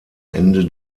ende